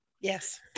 yes